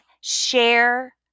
share